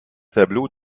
tableau